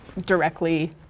directly